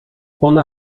ona